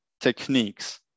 techniques